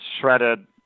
shredded